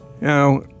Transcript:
Now